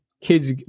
kids